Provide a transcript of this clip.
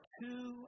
two